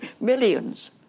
millions